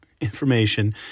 information